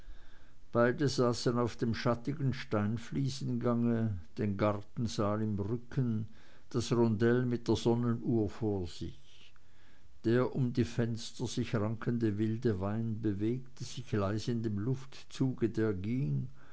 beide saßen auf dem schattigen steinfliesengang den gartensaal im rücken das rondell mit der sonnenuhr vor sich der um die fenster sich rankende wilde wein bewegte sich leise in dem luftzug der ging